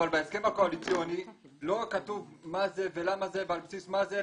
אבל בהסכם הקואליציוני לא כתוב מה זה ולמה זה ועל בסיס מה זה,